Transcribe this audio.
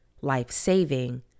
life-saving